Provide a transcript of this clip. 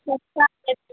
चच्चाके छै